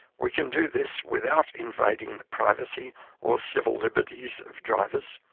we can do this without invading the privacy or civil liberties of drivers.